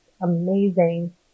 amazing